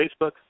Facebook